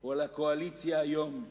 או לקואליציה היום,